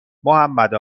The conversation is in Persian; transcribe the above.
محمد